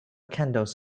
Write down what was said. candles